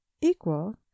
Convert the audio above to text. equal